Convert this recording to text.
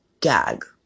gag